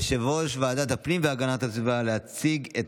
יושב-ראש ועדת הפנים והגנת הסביבה,